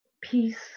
peace